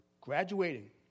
graduating